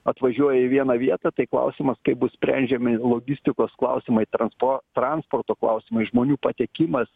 atvažiuoja į vieną vietą tai klausimas kaip bus sprendžiami logistikos klausimai transporto transporto klausimai žmonių patekimas